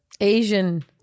Asian